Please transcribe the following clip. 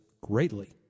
greatly